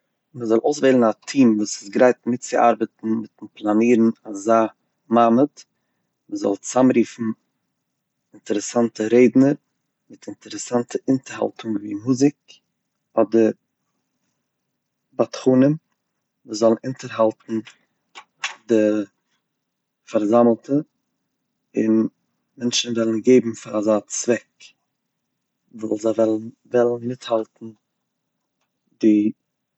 מ'זאל אויסוועלן א טיעם וואס איז גרייט מיט צו ארבעטן מיטן פלאנירן אזא מעמד, מ'זאל צאמרופן אינטערעסאנטע רעדנער, מיט אינערעסאנטע אונטערהאלטונגען און מוזיק אדער בדחנים וואס זאלן אונטערהאלטן די פארזאמלטע, אןם מענטשן וועלן געבן פאר אזא צוועק ווייל זיי וועלן מיטהאלטן די אווענט.